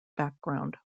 background